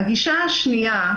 הגישה השנייה,